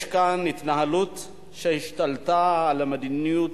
יש כאן התנהלות שהשתלטה על המדיניות.